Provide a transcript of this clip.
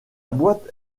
boîte